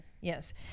Yes